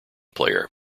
player